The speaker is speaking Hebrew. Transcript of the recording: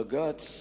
הבג"ץ,